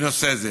בנושא זה?